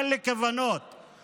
אין לי כוונות כאלה.